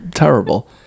terrible